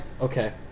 okay